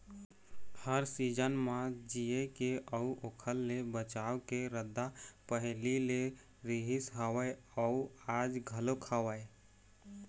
हर season म जीए के अउ ओखर ले बचाव के रद्दा पहिली ले रिहिस हवय अउ आज घलोक हवय